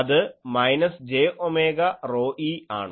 അത് minus j omega ρe ആണ്